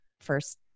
first